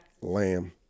lamb